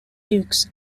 dukes